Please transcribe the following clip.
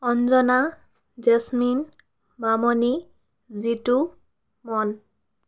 Anjana Jesmin Mamoni Jitu Mann